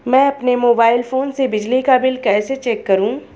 मैं अपने mobile phone से बिजली का बिल कैसे चेक करूं?